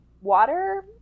water